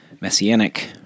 Messianic